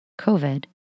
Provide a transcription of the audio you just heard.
COVID